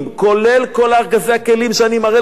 כולל כל ארגזי הכלים שאני מראה לך,